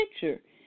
picture